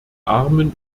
armen